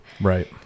Right